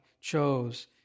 chose